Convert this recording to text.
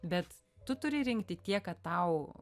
bet tu turi rinkti tiek kad tau